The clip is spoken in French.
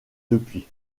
depuis